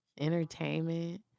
entertainment